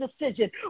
decision